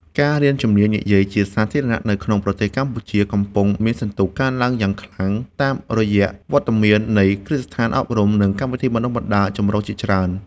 ការរៀនជំនាញនិយាយជាសាធារណៈនៅក្នុងប្រទេសកម្ពុជា កំពុងមានសន្ទុះកើនឡើងយ៉ាងខ្លាំង តាមរយៈវត្តមាននៃគ្រឹះស្ថានអប់រំ និងកម្មវិធីបណ្ដុះបណ្ដាលចម្រុះជាច្រើន។